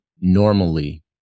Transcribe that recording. Normally